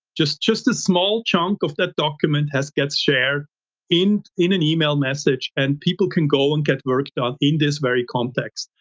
just just a small chunk of that document has get shared in in an e-mail message and people can go and get work done in this very context.